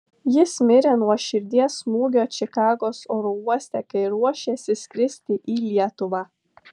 jis mirė nuo širdies smūgio čikagos oro uoste kai ruošėsi skristi į lietuvą